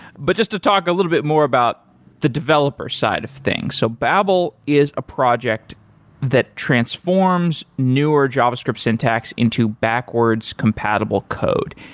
but just to talk a little bit more about the developer side of things, so babel is a project that transforms newer javascript syntax into backwards compatible code.